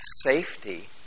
safety